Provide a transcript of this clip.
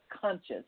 conscious